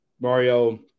Mario